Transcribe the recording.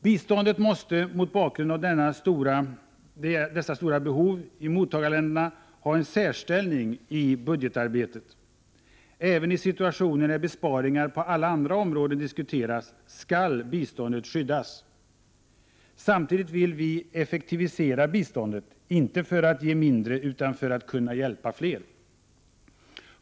Biståndet måste mot bakgrund av de stora behoven i mottagarländerna ha en särställning i budgetarbetet. Även i situationer när besparingar på alla andra områden diskuteras skall biståndet skyddas. Samtidigt vill vi effektivisera biståndet, inte för att ge mindre utan för att kunna hjälpa fler.